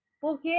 porque